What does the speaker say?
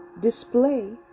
display